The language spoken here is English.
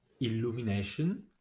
Illumination